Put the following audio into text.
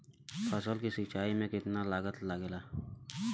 फसल की सिंचाई में कितना लागत लागेला?